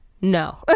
no